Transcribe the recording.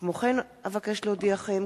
עוד אודיעכם,